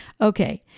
Okay